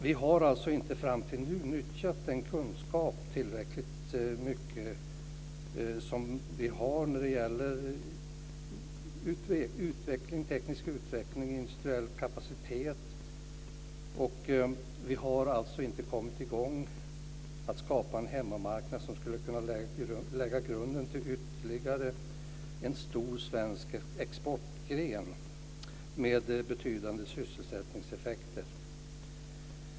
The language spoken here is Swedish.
Vi har alltså fram till nu inte tillräckligt nyttjat den kunskap som vi har när det gäller teknisk utveckling och industriell kapacitet. Vi har alltså inte kommit i gång med att skapa en hemmamarknad som skulle kunna lägga grunden till ytterligare en stor svensk exportgren med betydande sysselsättningseffekter.